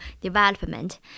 development